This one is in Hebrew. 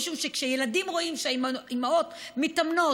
משום שכשילדים רואים שהאימהות מתאמנות